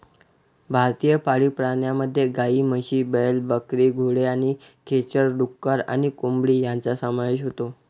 भारतीय पाळीव प्राण्यांमध्ये गायी, म्हशी, बैल, बकरी, घोडे आणि खेचर, डुक्कर आणि कोंबडी यांचा समावेश होतो